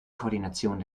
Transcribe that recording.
koordination